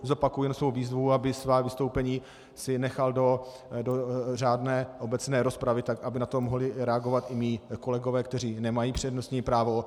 Zopakuji jen svou výzvu, aby si svá vystoupení nechal do řádné obecné rozpravy, tak aby na to mohli reagovat i mí kolegové, kteří nemají přednostní právo.